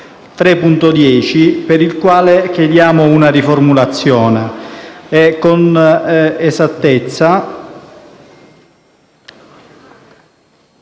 3.10 per il quale chiediamo una riformulazione. Con esattezza,